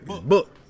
Book